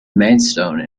maidstone